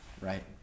right